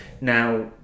Now